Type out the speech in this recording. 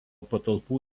patalpų